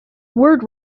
word